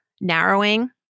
narrowing